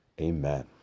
Amen